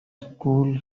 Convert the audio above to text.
school